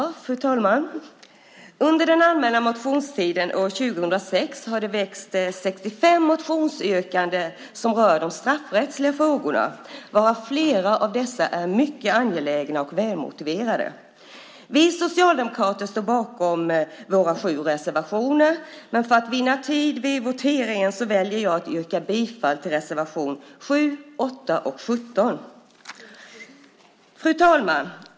Fru talman! Under den allmänna motionstiden år 2006 har det väckts 65 motionsyrkanden som rör de straffrättsliga frågorna, varav flera är mycket angelägna och välmotiverade. Vi socialdemokrater står bakom våra sju reservationer, men för att vinna tid vid voteringen väljer jag att yrka bifall till reservationerna 7, 8 och 17. Fru talman!